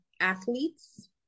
athletes